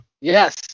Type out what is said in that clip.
Yes